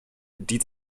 die